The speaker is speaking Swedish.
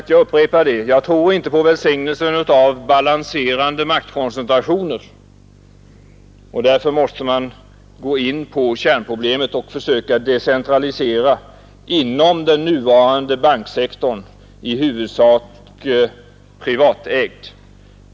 Jag upprepar emellertid att jag inte tror på välsignelsen av balanserande maktkoncentrationer, och därför måste man gå in på kärnproblemet och försöka decentralisera inom den nuvarande banksektorn — i huvudsak privatägd.